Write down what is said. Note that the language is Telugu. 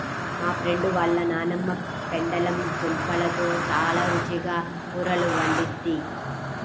మా ఫ్రెండు వాళ్ళ నాన్నమ్మ పెండలం దుంపలతో చాలా రుచిగా కూరలు వండిద్ది